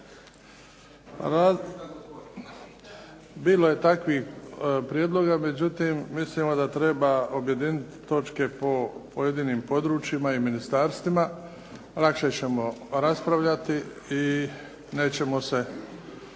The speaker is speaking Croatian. Bilo je takvih prijedloga, međutim mislimo da treba objediniti točke po pojedinim područjima i ministarstvima. Lakše ćemo raspravljati i nećemo se